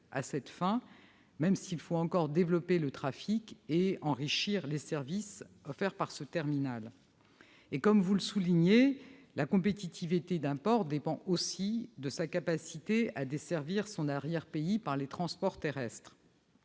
industriel, même s'il faut encore développer le trafic et enrichir les services offerts par ce terminal. Ainsi que vous l'avez indiqué, la compétitivité d'un port dépend également de sa capacité à desservir son arrière-pays par les transports terrestres.